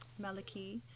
Maliki